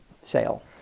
sale